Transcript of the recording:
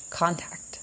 contact